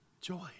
Joy